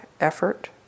effort